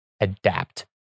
adapt